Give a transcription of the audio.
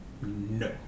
no